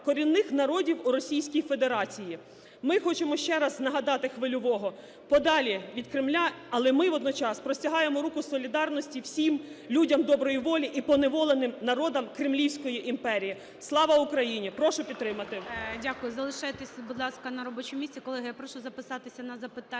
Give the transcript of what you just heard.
корінних народів у Російській Федерації". Ми хочемо ще раз нагадати Хвильового: "Подалі від Кремля". Але ми водночас простягаємо руку солідарності всім людям доброї волі і поневоленим народам кремлівської імперії. Слава Україні! Прошу підтримати.